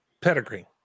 pedigree